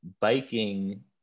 biking